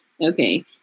Okay